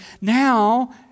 Now